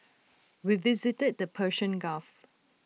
we visited the Persian gulf